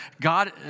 God